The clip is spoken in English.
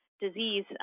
disease